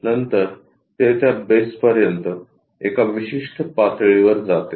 नंतर ते त्या बेसपर्यंत एका विशिष्ट पातळीवर जाते